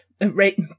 right